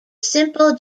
simple